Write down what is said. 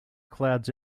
clouds